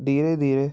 धीरे धीरे